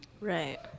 Right